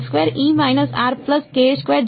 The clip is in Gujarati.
આ લોકોનું પણ ફંકશન છે હું તેને અહીં લખી રહ્યો નથી